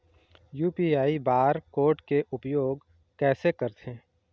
UPI bar code के उपयोग कैसे करथें?